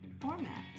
format